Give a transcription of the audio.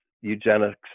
eugenics